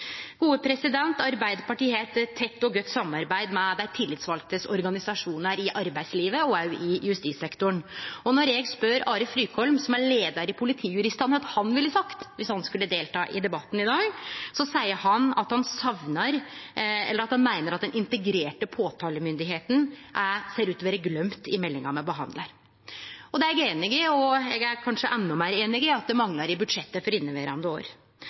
Arbeidarpartiet har eit tett og godt samarbeid med dei tillitsvalde i organisasjonar i arbeidslivet, og òg i justissektoren. Når eg spør Are Frykholm, som er leiar i Politijuristane, kva han ville sagt om han skulle delta i debatten i dag, seier han at han meiner at den integrerte påtalemakta ser ut til å vere gløymt i meldinga me behandlar. Det er eg einig i, og eg er kanskje enda meir einig i at det manglar i budsjettet for inneverande år.